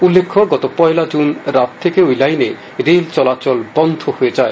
উল্লেখ্য গত পয়লা জুন রাত থেকে ঐ লাইনে রেল চলাচল বন্ধ হয়ে যায়